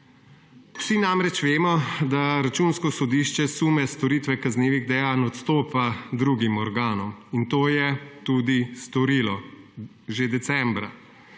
Vsi namreč vemo, da Računsko sodišče sume storitve kaznivih dejanj odstopa drugim organom, in to je tudi storilo že decembra.